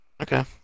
Okay